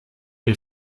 ihr